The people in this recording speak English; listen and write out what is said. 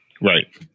right